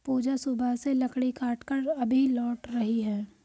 पूजा सुबह से लकड़ी काटकर अभी लौट रही है